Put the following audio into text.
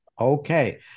Okay